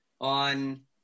on